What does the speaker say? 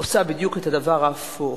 עושה בדיוק את הדבר ההפוך.